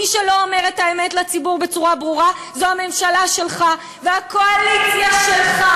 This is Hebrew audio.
מי שלא אומר את האמת לציבור בצורה ברורה זה הממשלה שלך והקואליציה שלך.